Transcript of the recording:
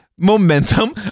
momentum